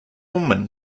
woman